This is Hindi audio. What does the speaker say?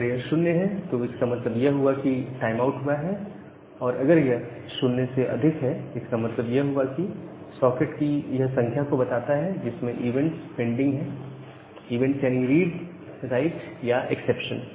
अगर यह 0 है तो इसका मतलब यह हुआ कि टाइम आउट हुआ है और अगर यह 0 से अधिक है तो इसका मतलब यह हुआ कि यह सॉकेट की संख्या को बताता है जिनमें इवेंट्स पेंडिंग है इवेंट्स यानी रीड राइट्स या एक्सेप्शन